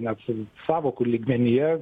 net sąvokų lygmenyje